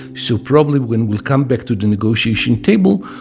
so probably when we'll come back to the negotiation table,